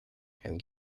and